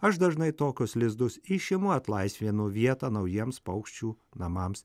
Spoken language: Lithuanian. aš dažnai tokius lizdus išėmu atlaisvinu vietą naujiems paukščių namams